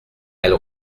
elle